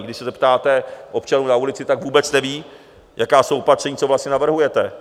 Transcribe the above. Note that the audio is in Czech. Když se zeptáte občanů na ulici, tak vůbec nevědí, jaká jsou opatření, co vlastně navrhujete.